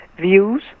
views